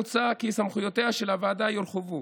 מוצע כי סמכויותיה של הוועדה יורחבו